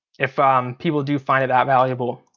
if um people do find it that valuable.